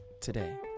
today